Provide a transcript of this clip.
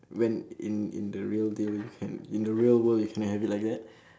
when in in the real deal you can~ in the real world you cannot have it like that